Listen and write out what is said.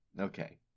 Okay